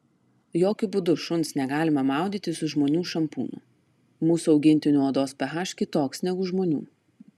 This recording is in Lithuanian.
jokiu būdu šuns negalima maudyti su žmonių šampūnu mūsų augintinių odos ph kitoks negu žmonių